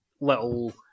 little